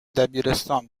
دبیرستان